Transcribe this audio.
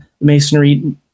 Masonry